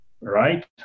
right